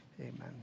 Amen